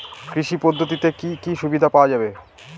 কৃষি পদ্ধতিতে কি কি সুবিধা পাওয়া যাবে?